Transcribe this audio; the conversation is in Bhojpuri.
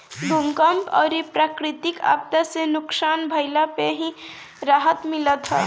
भूकंप अउरी प्राकृति आपदा से नुकसान भइला पे भी राहत मिलत हअ